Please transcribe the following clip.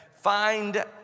find